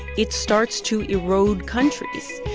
it starts to erode countries.